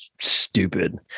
stupid